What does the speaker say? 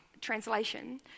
translation